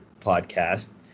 podcast